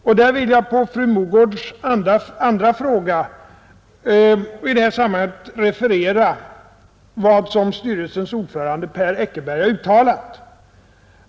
Jag vill som svar på fru Mogårds andra fråga i detta sammanhang referera vad styrelsens ordförande, Per Eckerberg, uttalar.